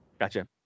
Gotcha